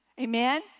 Amen